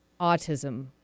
autism